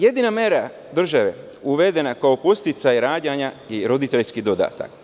Jedina mera države uvedena kao podsticaj rađanja je roditeljski dodatak.